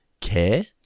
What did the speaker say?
care